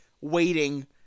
waiting